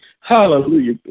hallelujah